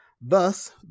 Thus